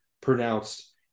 pronounced